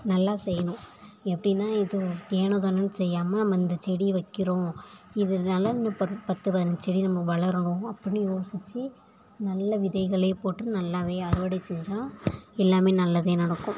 நல்லா செய்யணும் எப்படின்னா ஏதோ ஏனோதானோனு செய்யாமல் நம்ப இந்த செடி வைக்கிறோம் இதனால இன்னும் பத்து பதினஞ்சு செடி நம்ம வளரணும் அப்படின்னு யோசிச்சு நல்ல விதைகளை போட்டு நல்லாவே அறுவடை செஞ்சா எல்லாமே நல்லதே நடக்கும்